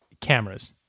cameras